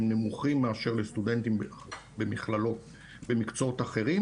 הם נמוכים מאשר סטודנטים במכללות במקצועות אחרים,